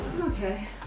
Okay